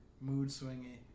mood-swingy